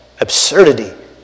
absurdity